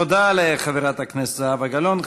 תודה לחברת הכנסת זהבה גלאון.